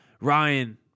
Ryan